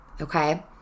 Okay